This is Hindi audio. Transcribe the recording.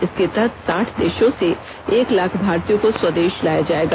इसके तहत साठ देशों से एक लाख भारतीयों को स्वदेश लाया जाएगा